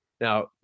Now